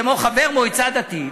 כמו חבר מועצה דתית?